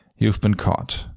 you've been caught.